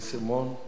ואחריו,